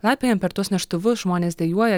laipiojam per tuos neštuvus žmonės dejuoja